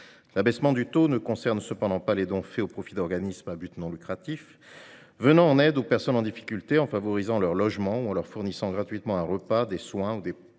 L'abaissement du taux ne concerne cependant pas les dons faits au profit d'organismes à but non lucratif venant en aide aux personnes en difficulté en facilitant leur accès au logement ou en leur fournissant gratuitement un repas, des soins, voire des produits